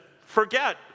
forget